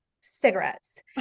cigarettes